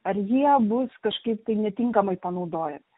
ar jie bus kažkaip netinkamai panaudojami